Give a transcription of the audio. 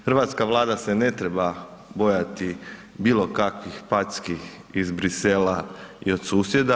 Hrvatska Vlada se ne treba bojati bilo kakvih packi iz Brisela i od susjeda.